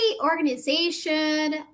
organization